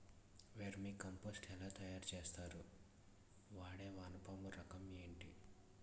Vermi compost ఎలా తయారు చేస్తారు? వాడే వానపము రకం ఏంటి?